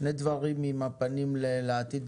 שני דברים עם הפנים לעתיד,